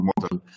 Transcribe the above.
model